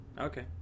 Okay